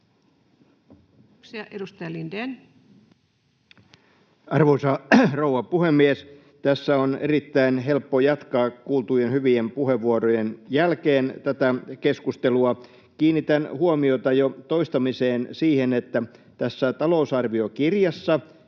Time: 17:39 Content: Arvoisa rouva puhemies! Tässä on erittäin helppo jatkaa kuultujen hyvien puheenvuorojen jälkeen tätä keskustelua. Kiinnitän huomiota jo toistamiseen siihen, että tässä talousarviokirjassa